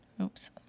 Oops